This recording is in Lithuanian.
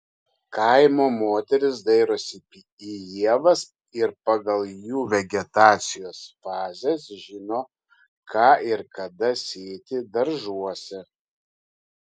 kaimo moterys dairosi į ievas ir pagal jų vegetacijos fazes žino ką ir kada sėti daržuose